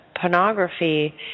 pornography